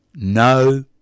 No